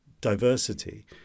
diversity